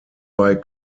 bei